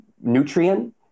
nutrient